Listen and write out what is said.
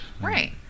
Right